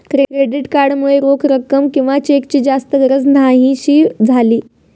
credit card मुळे रोख रक्कम किंवा चेकची जास्त गरज न्हाहीशी झाली